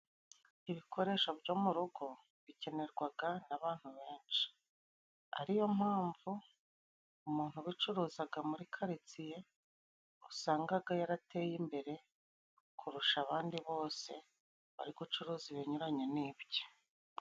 Ibikoresho byo mu rugo bikenerwaga n'abantu benshi. Ariyo mpamvu umuntu ubicuruzaga muri karitsiye, usangaga yarateye imbere kurusha abandi bose, ariko ucuruza ibinyuranye n'ibye.